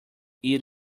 eat